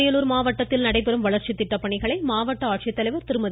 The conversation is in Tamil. அரியலூர் மாவட்டத்தில் நடைபெறும் வளர்ச்சித்திட்டப் பணிகளை மாவட்ட ஆட்சித்தலைவர் திருமதி